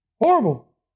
Horrible